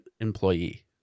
employee